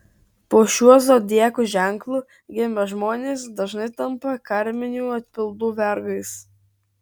po šiuo zodiako ženklu gimę žmonės dažnai tampa karminių atpildų vergais